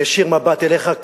מישיר מבט אליך,